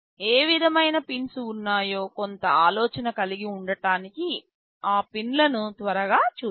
ఏ విధమైన పిన్స్ ఉన్నాయో కొంత ఆలోచన కలిగి ఉండటానికి ఆ పిన్లను త్వరగా చూద్దాం